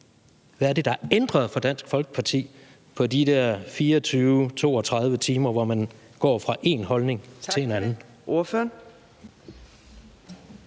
hvad er det, der er ændret for Dansk Folkeparti på de der 24-32 timer, hvor man går fra én holdning til en anden?